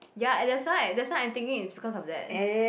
ya at that's why that's why I'm thinking is because of that